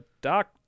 Doc